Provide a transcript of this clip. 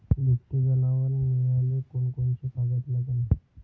दुभते जनावरं मिळाले कोनकोनचे कागद लागन?